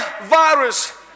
virus